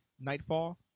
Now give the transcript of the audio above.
Nightfall